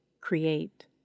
Create